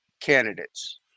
candidates